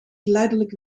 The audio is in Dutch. geleidelijk